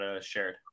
shared